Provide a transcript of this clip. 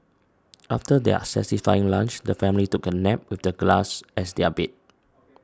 after their satisfying lunch the family took a nap with the grass as their bed